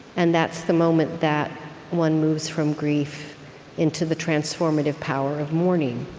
and that's the moment that one moves from grief into the transformative power of mourning,